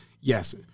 Yes